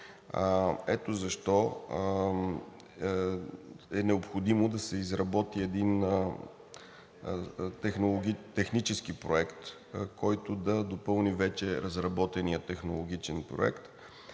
Ето защо е необходимо да се изработи един технически проект, който да допълни вече разработения технологичен проект.